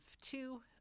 two